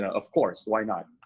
of course, why not?